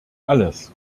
alles